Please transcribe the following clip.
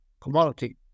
commodity